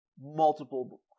multiple